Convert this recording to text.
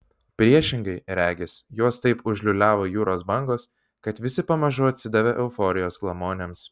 priešingai regis juos taip užliūliavo jūros bangos kad visi pamažu atsidavė euforijos glamonėms